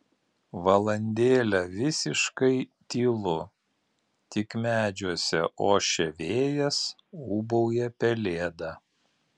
valandėlę visiškai tylu tik medžiuose ošia vėjas ūbauja pelėda